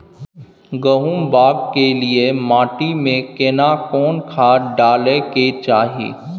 गहुम बाग के लिये माटी मे केना कोन खाद डालै के चाही?